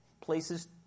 places